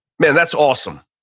man, that's awesome.